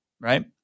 right